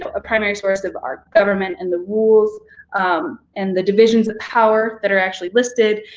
a primary source of our government and the rules um and the divisions of power that are actually listed,